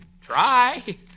try